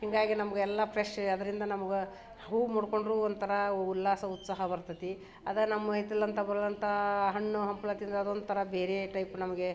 ಹೀಗಾಗಿ ನಮ್ಗೆ ಎಲ್ಲ ಫ್ರೆಶ್ಶ ಆದ್ರಿಂದ ನಮ್ಗೆ ಹೂ ಮುಡ್ಕೊಂಡರೂ ಒಂಥರ ಉಲ್ಲಾಸ ಉತ್ಸಾಹ ಬರ್ತೈತಿ ಅದೇ ನಮ್ಮ ಹಿತ್ತಲಂಥ ಬೆಳೆದಂಥ ಹಣ್ಣು ಹಂಪ್ಲು ತಿಂದರೆ ಅದೊಂಥರ ಬೇರೆ ಟೈಪ್ ನಮಗೆ